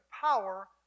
power